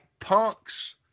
punks